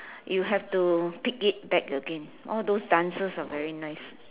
you have to pick it back again all those dances are very nice